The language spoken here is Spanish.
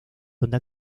donde